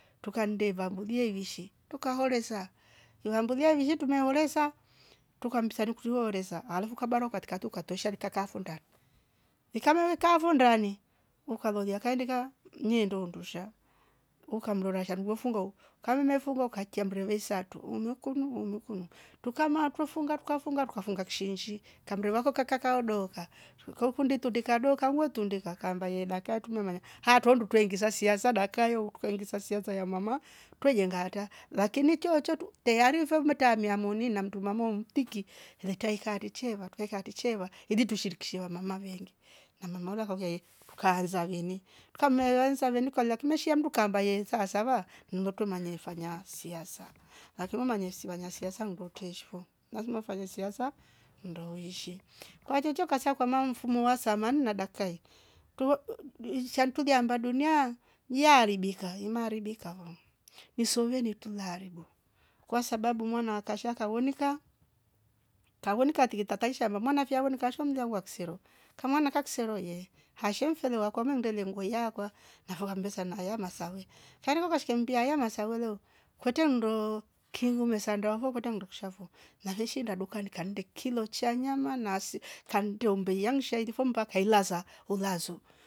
Tukande vambulia ivishi tukahoresa ivambuliwa ivishi tumeholesa tuka mstari kutwiwa weresa alafu kabana kati ukatosha likakafu ndani, ikamono ikafu ndani ukalolia kaindika mnye ndoundusha ukamrora shandu wefunga wo ukale mefunga wo ukachia mrebese satu umekuno umekuno tukamatwa funga tukafunga tukafunga kishinshi kmareva kako kakaudoka ukau nditundo tukado kabwe tundika kambaye dakia tumemanya hatua ndwetingi za siasa dakka yo tukaingi sasia zaya mama twejenga hata lakini chochotu teyari mfovo tamia moni namtuma momutiki leta hika ireche va tukaika haricheva igi tushirikishe wamama wengi na mama waula ukavie tukaanza veni, tukamiya wanza veni ukalia kimashiaa hamndu kamba ye nsasava mloto manefanya siasa lakini unanye si vanya siasa ndo teshfo lazima ufanye siasa ndo uishi kwachocho kasa kwam mfumo wa samani na dakka hi tuvo ishantuli hamba dunia ye haribika hima haribika vo nisovye ni tula haribu kwasabau mwana akasha awonika kawonika tiki tataisha ndo maana vyawonika kashamndiua waksero kamwna naksero ye hasho mfelwa kwama ndele ngweiyakwa navo hambesa na haya masawe kariro kashika mbia ya masawe lo kwete mndo kihuuhu mesanda ho kweta mndu kshavo na heshi ndaduka ni kandekilo cha nyama nase kandyo mbeya nkshailifo mpaka kailza ulazo